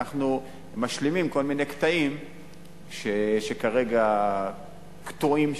אנחנו משלימים כל מיני קטעים שכרגע קטועים שם.